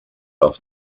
off